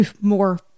more